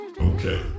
Okay